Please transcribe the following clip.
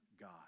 God